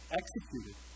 executed